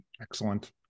Excellent